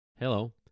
Hello